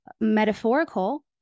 metaphorical